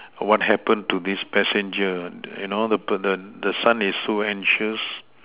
what happened to this passenger you know the passen~ the son is so anxious